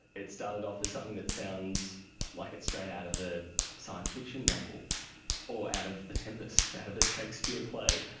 it started off as something that sounds like it's straight out of a science fiction novel or out of the tempest, out of the shakespeare play.